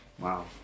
Wow